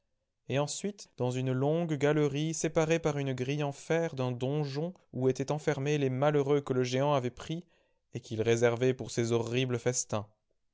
et ensuite dans une longue galerie séparée par une grille en fer d'un donjon où étaient enfermés les malheureux que le géant avait pris et qu'il réservait pour ses horribles festins